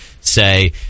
say